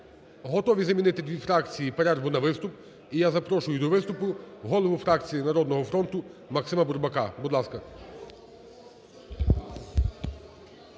Готові замінити дві фракції перерву на виступ. І я запрошу до виступу голову фракції "Народного фронту" Максима Бурбака. Будь ласка.